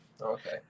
okay